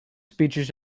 speeches